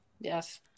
yes